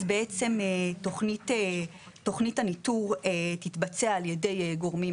בעצם תוכנית הניתור בעצם תתוכנן על ידי גורמים